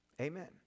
Amen